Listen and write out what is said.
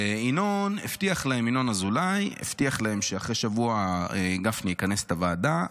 וינון אזולאי הבטיח להם שאחרי שבוע גפני יכנס את הוועדה.